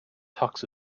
tux